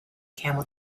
camel